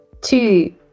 two